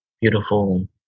beautiful